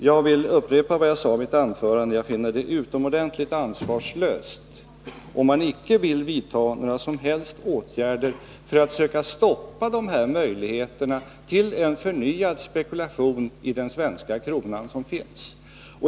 Jag vill upprepa vad jag sade i mitt anförande: Jag finner det utomordentligt ansvarslöst, om man icke vill vidta några som helst åtgärder för att söka stoppa möjligheterna till en förnyad spekulation i den svenska kronan.